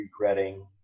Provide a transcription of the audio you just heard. regretting